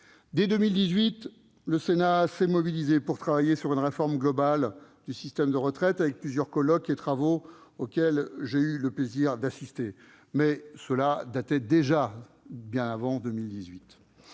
Dès 2018, le Sénat s'est mobilisé pour travailler sur une réforme globale du système de retraite, avec plusieurs colloques et travaux auxquels j'ai eu le plaisir d'assister. Je cite la présentation